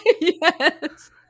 Yes